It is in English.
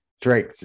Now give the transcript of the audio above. Drake